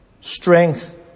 strength